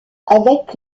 avec